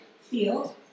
field